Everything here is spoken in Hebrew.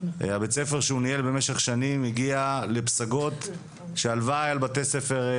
הבית ספר שהוא ניהל במשך שנים הגיע לפסגות שהלוואי שבתי ספר,